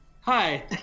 Hi